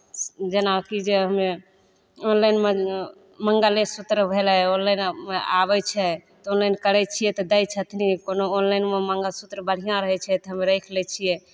जेनाकि जे हमे ऑनलाइनमे मङ्गलेसूत्र भेलै ऑनलाइनमे आबै छै तऽ ऑनलाइन करै छियै तऽ दै छथिन कोनो ऑनलाइनमे मङ्गलसूत्र बढ़िआँ रहै छै तऽ हम राखि लै छियै